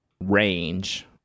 range